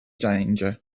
danger